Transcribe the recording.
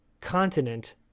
continent